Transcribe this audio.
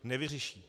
Nevyřeší.